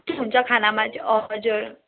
के हुन्छ खानामा चाहिँ हजुर